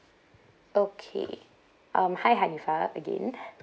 okay um hi hainifa again